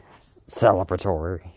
celebratory